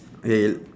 okay